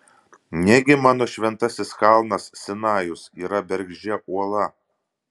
negi mano šventasis kalnas sinajus yra bergždžia uola